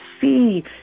see